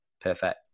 Perfect